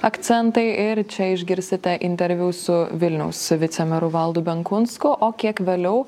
akcentai ir čia išgirsite interviu su vilniaus vicemeru valdu benkunsku o kiek vėliau